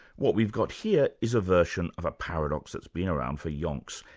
what we've got here is a version of a paradox that's been around for yonks,